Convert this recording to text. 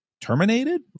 Terminated